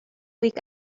week